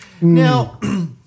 Now